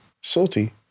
Salty